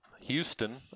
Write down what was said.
Houston